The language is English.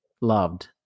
loved